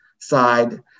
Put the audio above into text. side